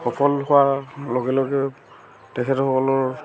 সফল হোৱাৰ লগে লগে তেখেতসকলৰ